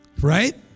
Right